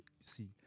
see